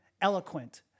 eloquent